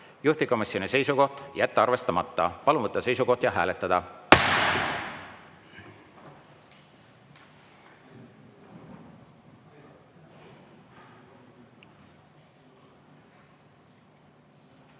juhtivkomisjoni seisukoht: jätta arvestamata. Palun võtta seisukoht ja hääletada!